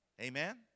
Amen